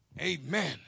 Amen